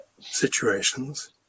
situations